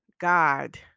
God